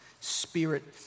spirit